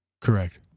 Correct